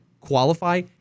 qualify